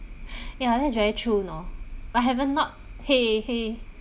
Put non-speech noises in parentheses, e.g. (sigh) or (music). (breath) ya that's very true know I haven't not !hey! !hey!